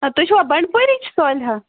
آ تُہۍ چھُوا بَنٛڈپورِچ صالحہ